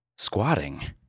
Squatting